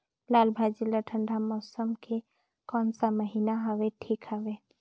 लालभाजी ला ठंडा मौसम के कोन सा महीन हवे ठीक हवे?